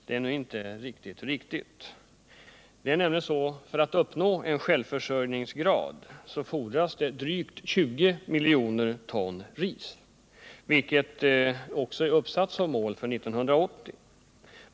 Det är inte riktigt korrekt. För att trygga självförsörjningen fordras nämligen drygt 20 miljoner ton ris, en kvantitet som också är uppsatt som mål för 1980.